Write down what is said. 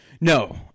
No